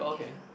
yeah